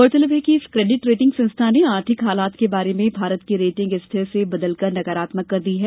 गौरतलब है कि इस केडिट रेटिंग संस्था ने आर्थिक हालात के बारे में भारत की रेटिंग स्थिर से बदलकर नकारात्मक कर दी है